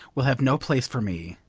will have no place for me,